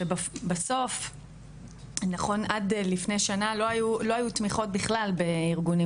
שבסוף עד לפני שנה לא היו תמיכות בכלל בארגונים